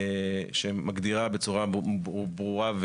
שמגדירה בצורה ברורה,